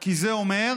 כי זה פשוט אומר